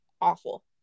awful